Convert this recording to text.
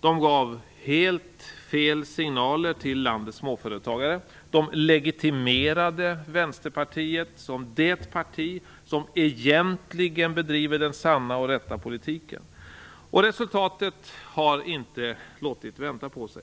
De gav helt fel signaler till landets småföretagare. De legitimerade Västerpartiet som det parti som egentligen bedriver den sanna och rätta politiken. Resultatet har inte låtit vänta på sig.